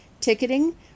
ticketing